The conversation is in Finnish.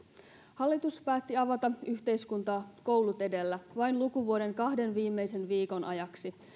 hallitus päätti avata yhteiskuntaa koulut edellä vain lukuvuoden kahden viimeisen viikon ajaksi